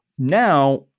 Now